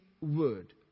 Word